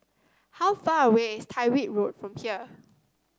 how far away is Tyrwhitt Road from here